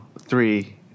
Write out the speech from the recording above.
three